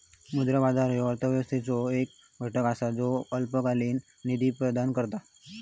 मुद्रा बाजार ह्यो अर्थव्यवस्थेचो एक घटक असा ज्यो अल्पकालीन निधी प्रदान करता